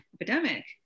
epidemic